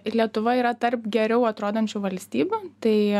ir lietuva yra tarp geriau atrodančių valstybių tai